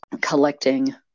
collecting